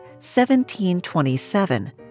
1727